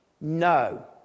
No